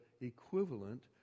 equivalent